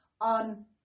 on